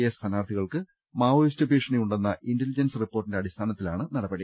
A സ്ഥാനാർത്ഥികൾക്ക് Maoist ഭീഷണി ഉണ്ടെന്ന ഇന്റലി ജൻസ് റിപ്പോർട്ടിന്റെ അടിസ്ഥാനത്തിലാണ് നടപടി